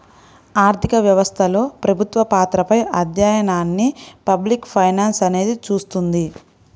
ఆర్థిక వ్యవస్థలో ప్రభుత్వ పాత్రపై అధ్యయనాన్ని పబ్లిక్ ఫైనాన్స్ అనేది చూస్తుంది